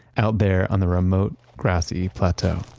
out there on the remote grassy plateau